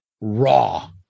raw